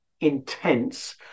intense